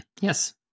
Yes